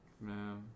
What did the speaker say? Man